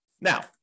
Now